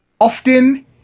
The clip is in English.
often